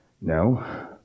No